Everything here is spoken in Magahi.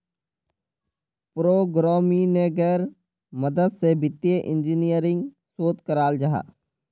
प्रोग्रम्मिन्गेर मदद से वित्तिय इंजीनियरिंग शोध कराल जाहा